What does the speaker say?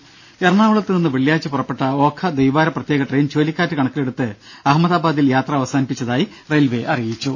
ദേദ എറണാകുളത്ത് നിന്ന് വെള്ളിയാഴ്ച പുറപ്പെട്ട ഓഖ ദ്വൈവാര പ്രത്യേക ട്രെയിൻ ചുഴലിക്കാറ്റ് കണക്കിലെടുത്ത് അഹമ്മദാബാദിൽ യാത്ര അവസാനിപ്പിച്ചതായി റെയിൽവെ അറിയിച്ചു